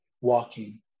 walking